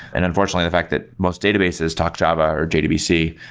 and unfortunately, the fact that most databases talk java are jdbc.